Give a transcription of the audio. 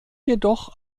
jedoch